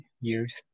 years